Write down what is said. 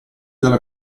dalla